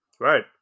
Right